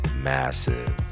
Massive